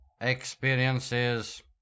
experiences